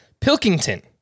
Pilkington